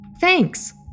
Thanks